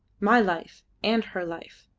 my life, and her life.